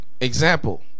Example